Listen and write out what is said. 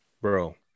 Bro